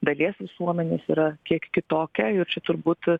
dalies visuomenės yra kiek kitokia ir čia turbūt